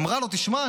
היא אמרה לו: תשמע,